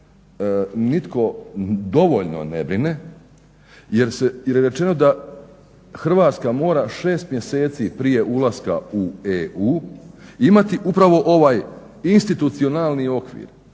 nitko dovoljno ne brine jer je rečeno da Hrvatska mora šest mjeseci prije ulaska u EU imati upravo ovaj institucionalni okvir.